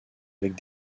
avec